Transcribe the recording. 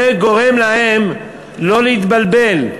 זה גורם להם לא להתבלבל,